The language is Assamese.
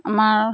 আমাৰ